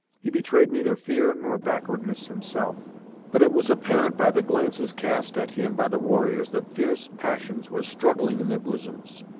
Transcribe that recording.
he betrayed neither fear nor backwardness himself but it was apparent by the glances cast at him by the warriors, that fierce passions were struggling in their bosoms.